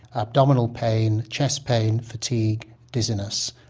abdominal pain, chest pain, fatigue, dizziness.